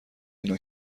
اینا